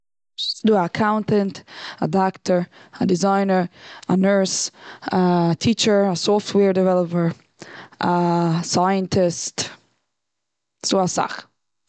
ס'דא א אקאונטענט, א דאקטער, א דיזיינער, א נורס, א טיטשער, א סאפטווער דעוועלעפער, א סייענטיסט. ס'דא אסאך.